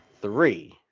Three